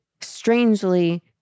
strangely